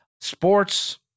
sports